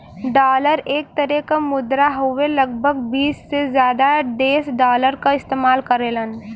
dollar एक तरे क मुद्रा हउवे लगभग बीस से जादा देश डॉलर क इस्तेमाल करेलन